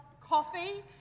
coffee